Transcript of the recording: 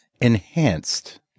enhanced